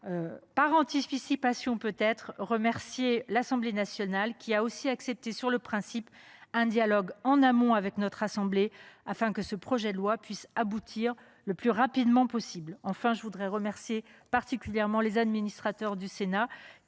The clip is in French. par anticipation, remercier l’Assemblée nationale, qui a aussi accepté, sur le principe, un dialogue en amont avec notre assemblée, afin que ce projet de loi puisse aboutir le plus vite possible. Enfin, je remercie tout particulièrement les fonctionnaires du Sénat,